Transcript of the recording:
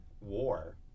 war